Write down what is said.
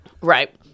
Right